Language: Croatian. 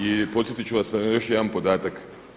I podsjetit ću vas na još jedan podatak.